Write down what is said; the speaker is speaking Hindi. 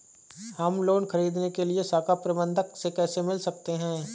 हम लोन ख़रीदने के लिए शाखा प्रबंधक से कैसे मिल सकते हैं?